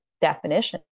definition